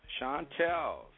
Chantel